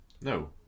No